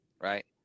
right